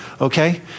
Okay